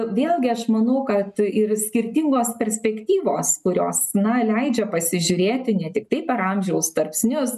vėlgi aš manau kad ir skirtingos perspektyvos kurios na leidžia pasižiūrėti ne tiktai per amžiaus tarpsnius